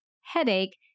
headache